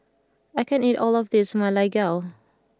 I can't eat all of this Ma Lai Gao